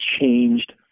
changed